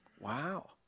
wow